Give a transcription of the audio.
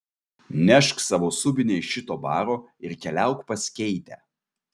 nešk savo subinę iš šito baro ir keliauk pas keitę